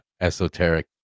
esoteric